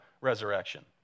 resurrection